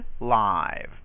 live